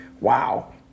wow